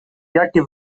jakie